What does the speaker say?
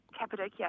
Cappadocia